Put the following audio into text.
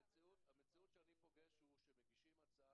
המציאות שאני פוגש היא שמגישים הצעה